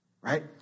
Right